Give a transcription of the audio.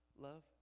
Love